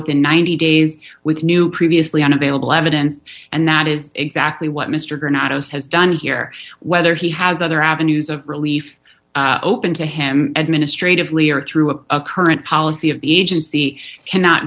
within ninety days with new previously unavailable evidence and that is exactly what mr granada's has done here whether he has other avenues of relief open to him administratively or through a current policy of the agency cannot